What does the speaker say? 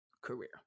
career